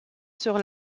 sur